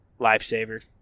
Lifesaver